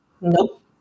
Nope